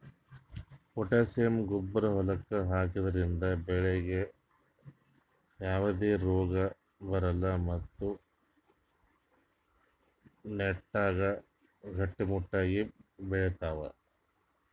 potassium ಗೊಬ್ಬರ್ ಹೊಲಕ್ಕ್ ಹಾಕದ್ರಿಂದ ಬೆಳಿಗ್ ಯಾವದೇ ರೋಗಾ ಬರಲ್ಲ್ ಮತ್ತ್ ನೆಟ್ಟಗ್ ಗಟ್ಟಿಮುಟ್ಟಾಗ್ ಬೆಳಿತಾವ್